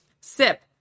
Sip